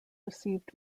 received